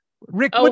Rick